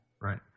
Right